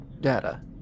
data